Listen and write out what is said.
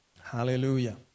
Hallelujah